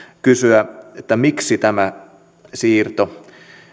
kysyä miksi tämä siirto